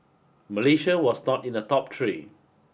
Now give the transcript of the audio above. Malaysia was not in the top three